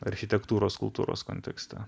architektūros kultūros kontekste